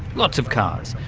lots of cars,